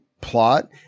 plot